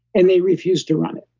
and they refused to run it.